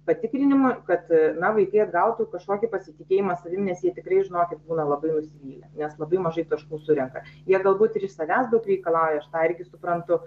patikrinimų kad na vaikai atgautų kažkokį pasitikėjimą savim nes jie tikrai žinokit būna labai nusivylę nes labai mažai taškų surenka jie galbūt ir iš savęs daug reikalauja aš tą irgi suprantu